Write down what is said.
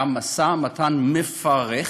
היה משא-ומתן מפרך,